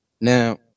Now